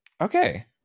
Okay